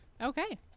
okay